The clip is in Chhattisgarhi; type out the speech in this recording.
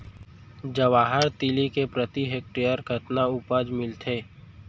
जवाहर तिलि के प्रति हेक्टेयर कतना उपज मिलथे?